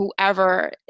whoever